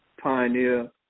pioneer